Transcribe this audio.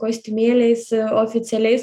kostiumėliais oficialiais